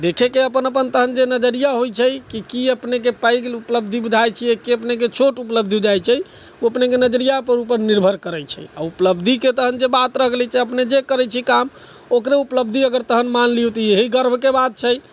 देखैके अपन अपन तहन जे अपन अपन नजरिया होइ छै कि की अपनेके पैघ उपलब्धि बुझाइ छियै कि अपनेके छोट उपलब्धि बुझाइ छै ओ अपनेके नजरियापर उपर निर्भर करै छै आओर उपलब्धिके तहन जे बात रह गेलै जे अपने जे करै छियै काम ओकरे उपलब्धि अगर तहन मानि लियौ तऽ इएहे गर्वके बात छै